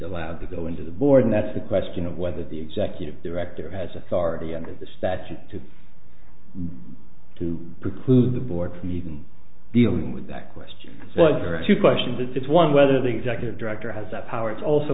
allowed to go into the board and that's the question of whether the executive director has authority under the statute to to preclude the board from even dealing with that question or to question that it's one whether the executive director has the power it's also